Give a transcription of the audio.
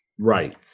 right